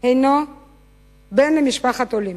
הוא בן למשפחת עולים.